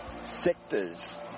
sectors